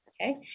Okay